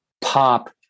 pop